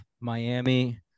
Miami